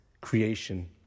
creation